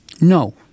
no